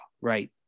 right